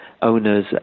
Owners